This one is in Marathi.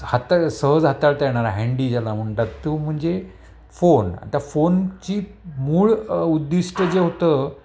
हाता सहज हाताळता येणार हँडी ज्याला म्हणतात तो म्हणजे फोन आता फोनची मूळ उद्दिष्ट जे होतं